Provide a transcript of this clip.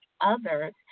others